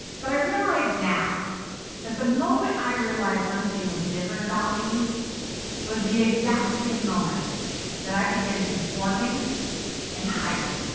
but i realize now that the moment i realized something was different about me was the exact same moment that i began conforming and hiding.